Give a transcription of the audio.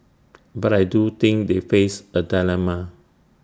but I do think they face A dilemma